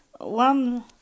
one